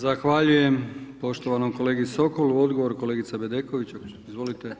Zahvaljujem poštovanom kolegi Sokolu, odgovor kolegica Bedeković, izvolite.